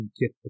get